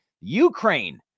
Ukraine